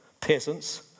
peasants